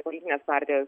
politinės partijos